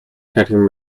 connecting